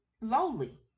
lowly